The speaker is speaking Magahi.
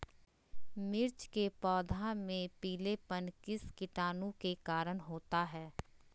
मिर्च के पौधे में पिलेपन किस कीटाणु के कारण होता है?